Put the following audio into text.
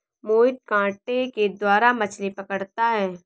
मोहित कांटे के द्वारा मछ्ली पकड़ता है